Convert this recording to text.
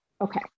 Okay